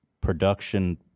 production